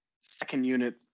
second-unit